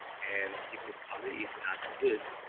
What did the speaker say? and if the quality is not good,